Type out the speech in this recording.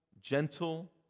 gentle